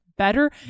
Better